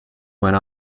went